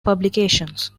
publications